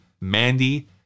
Mandy